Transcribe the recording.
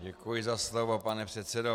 Děkuji za slovo, pane předsedo.